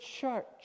church